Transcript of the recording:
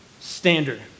standard